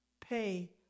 Pay